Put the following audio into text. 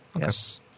yes